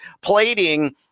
plating